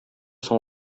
соң